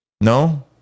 no